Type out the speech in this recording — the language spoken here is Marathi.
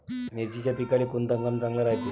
मिर्चीच्या पिकाले कोनता हंगाम चांगला रायते?